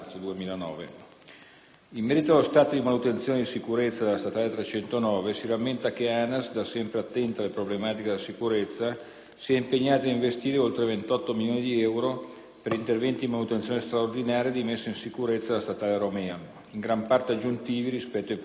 In merito allo stato di manutenzione e di sicurezza della statale 309 si rammenta che ANAS, da sempre attenta alle problematiche della sicurezza, si è impegnata ad investire oltre 28 milioni di euro per interventi di manutenzione straordinaria e di messa in sicurezza della statale Romea, in gran parte aggiuntivi rispetto ai programmi stabiliti.